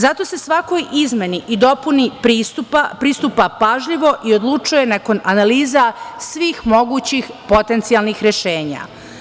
Zato se svakoj izmeni i dopuni pristupa pažljivo i odlučuje nakon analiza svih mogućih potencijalnih rešenja.